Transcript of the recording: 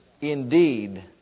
indeed